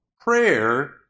Prayer